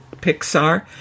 Pixar